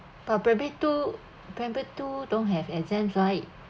probably two primary two don't have exams right